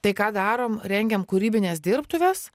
tai ką darom rengiame kūrybines dirbtuves